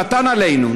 קטן עלינו,